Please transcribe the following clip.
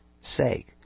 sake